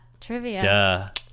Trivia